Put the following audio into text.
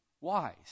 wise